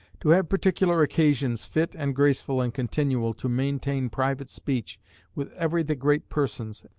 to have particular occasions, fit and graceful and continual, to maintain private speech with every the great persons,